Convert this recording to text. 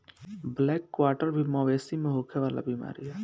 black quarter भी मवेशी में होखे वाला बीमारी ह